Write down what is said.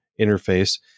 interface